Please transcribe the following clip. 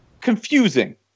confusing